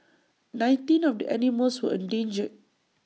nineteen of the animals were endangered